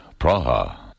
Praha